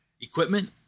equipment